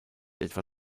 etwa